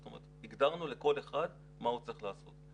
זאת אומרת הגדרנו לכל אחד מה הוא צריך לעשות,